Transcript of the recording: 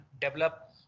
develop